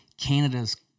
Canada's